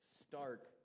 stark